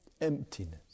emptiness